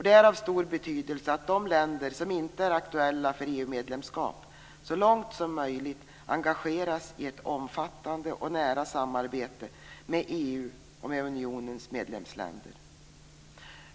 Det är av stor betydelse att de länder som inte är aktuella för EU-medlemskap så långt som möjligt engageras i ett omfattande och nära samarbete med EU och med unionens medlemsländer.